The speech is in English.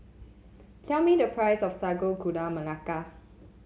tell me the price of Sago Gula Melaka